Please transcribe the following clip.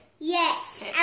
Yes